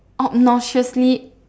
obnoxiously